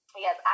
yes